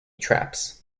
traps